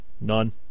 None